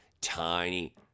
tiny